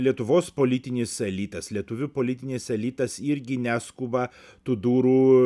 lietuvos politinis elitas lietuvių politinis elitas irgi neskuba tų durų